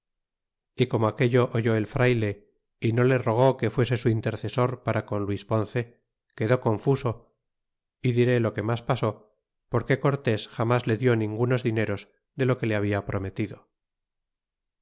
y como aquello oyó el frayle y no le rogó que fuese su intercesor para con luis ponce quedó confuso y diré lo que mas pasó porque cortés jamas le dió ningunos dineros de lo que le habla prometido